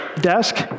desk